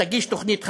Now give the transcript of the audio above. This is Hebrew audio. תגיש תוכנית חדשה.